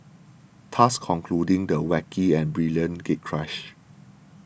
thus concluding the wacky and brilliant gatecrash